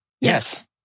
Yes